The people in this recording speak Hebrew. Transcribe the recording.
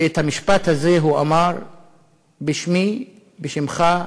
ואת המשפט הזה הוא אמר בשמי, בשמך,